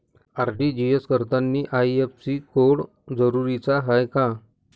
RTGS करतांनी IFSC code जरुरीचा हाय का?